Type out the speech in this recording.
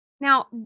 Now